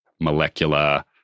molecular